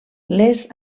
les